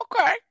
Okay